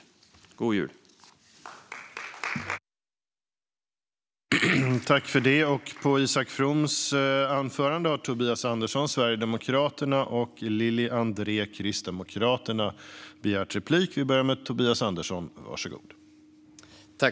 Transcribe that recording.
God jul!